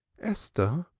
esther!